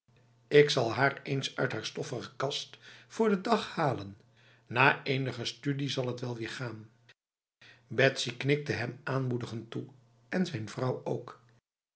ik zal haar eens uit haar stoffige kast voor den dag halen na enige studie zal het wel weer gaan betsy knikte hem aanmoedigend toe en zijn vrouw ook